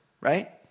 right